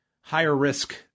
higher-risk